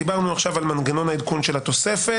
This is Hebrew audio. דיברנו עכשיו על מנגנון העדכון של התוספת.